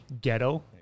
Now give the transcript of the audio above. ghetto